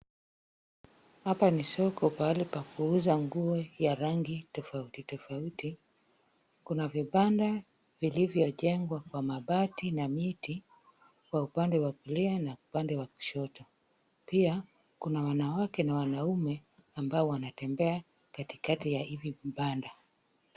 Hapa ni soko pahali pa kuuza nguo ya rangi tofauti tofauti. Kuna vibanda vilivyojengwa kwa mabati na miti, kwa upande wa kulia na upande wa kushoto. Pia kuna wanawake na wanaume ambao wanatembea katikati ya hivi vibanda.